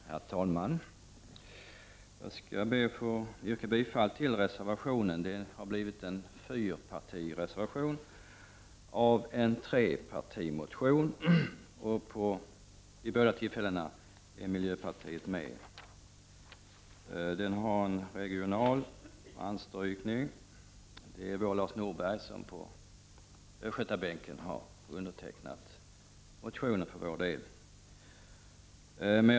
Herr talman! Jag skall be att få yrka bifall till reservationen. Det har blivit en fyrpartireservation av en trepartimotion. Miljöpartiet står emellertid bakom såväl reservationen som motionen. Motionen har en regional anstrykning. Det är miljöpartiets Lars Norberg på östgötabänken som har undertecknat motionen för miljöpartiets del.